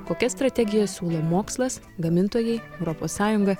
kokią strategiją siūlo mokslas gamintojai europos sąjunga